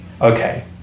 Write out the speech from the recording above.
okay